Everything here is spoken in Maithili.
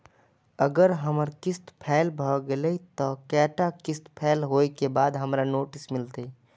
अगर हमर किस्त फैल भेलय त कै टा किस्त फैल होय के बाद हमरा नोटिस मिलते?